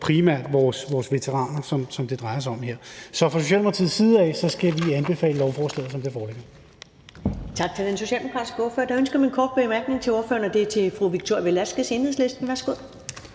primært vores veteraner, som det drejer sig om her. Så fra Socialdemokratiets side skal vi anbefale lovforslaget, som det foreligger. Kl. 13:54 Første næstformand (Karen Ellemann): Tak til den socialdemokratiske ordfører. Der er ønske om en kort bemærkning til ordføreren, og den er fra fru Victoria Velasquez, Enhedslisten. Værsgo.